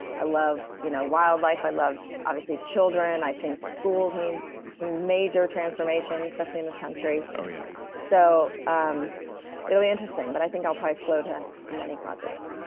i love you know wildlife, i love obviously children. i think schools need some major transformation especially in this country oh yeah so um it'll be interesting, but i think i'll probably flow to to many causes